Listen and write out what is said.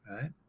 right